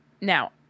now